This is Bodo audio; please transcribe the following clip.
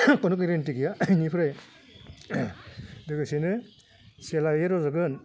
खुनु गेरेन्टि गैया बेनिफ्राय लोगोसेनो जेलायै रज'गोन